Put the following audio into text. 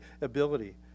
ability